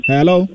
Hello